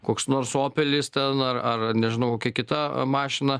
koks nors opelis ten ar ar nežinau kokia kita mašina